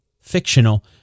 fictional